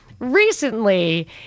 Recently